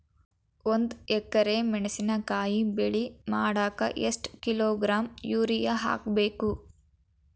ಒಂದ್ ಎಕರೆ ಮೆಣಸಿನಕಾಯಿ ಬೆಳಿ ಮಾಡಾಕ ಎಷ್ಟ ಕಿಲೋಗ್ರಾಂ ಯೂರಿಯಾ ಹಾಕ್ಬೇಕು?